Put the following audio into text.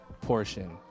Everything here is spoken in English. portion